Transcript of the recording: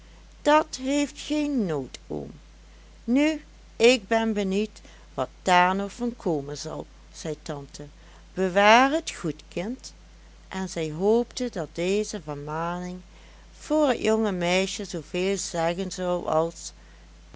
dat heeft geen nood oom nu ik ben benieuwd wat daar nog van komen zal zei tante bewaar het goed kind en zij hoopte dat deze vermaning voor het jonge meisje zooveel zeggen zou